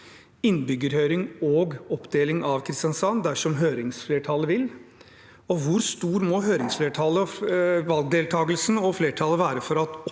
innbyggerhøring og oppdeling av Kristiansand dersom høringsflertallet vil, og hvor stort må høringsflertallet, valgdeltakelsen og